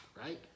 right